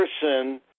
person